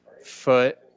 foot